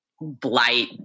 blight